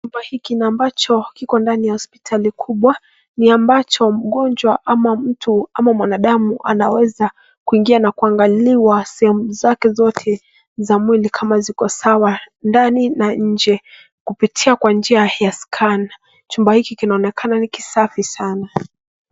Chumba hiki ambacho kiko ndani ya hospitali kubwa, ni ambacho mgonjwa, ama mtu ama mwanadamu anaweza kuingia na kuangaliwa sehemu yake zote za mwili kama ziko sawa, ndani na nje, kupitia kwa njia ya scan . Chumba hiki kinaonekana ni kisafi sana.